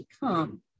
become